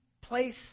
place